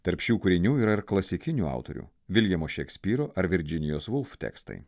tarp šių kūrinių yra ir klasikinių autorių viljamo šekspyro ar virdžinijos vulf tekstai